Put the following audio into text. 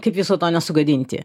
kaip viso to nesugadinti